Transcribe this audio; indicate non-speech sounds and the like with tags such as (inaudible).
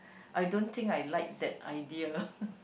I don't think I like that idea (laughs)